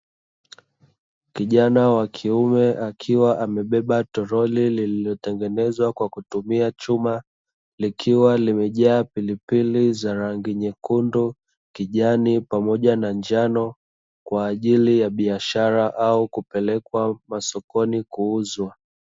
Kijana wa kiume akiwa amebeba toroli lililotengenezwa kwa kutumia chuma likiwa limejaa pilipili za rangi nyekundu, kijani, pamoja na njano, kwa ajili ya biashara au kupelekwa masokoni kuuzwa.